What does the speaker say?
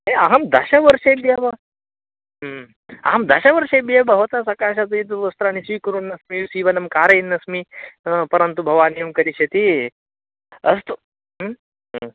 ए अहं दशवर्षेभ्यः अहं दशवर्षेभ्यः भवतः सकाशात् एतत् वस्त्राणि स्वीकुर्वन्नस्मि सीवनं कारयन्नस्मि परन्तु भवानेव करिष्यति अस्तु